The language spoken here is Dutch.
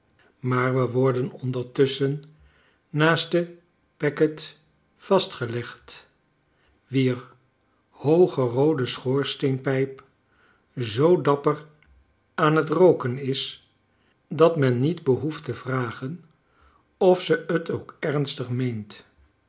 maar we worden ondertusschen naast de packet vastgelegd wier hoogeroode schoorsteenpijp zoo dapper aan t rooken is dat men niet behoeft te vragen of ze t ook ernstig meent